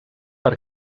per